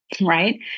Right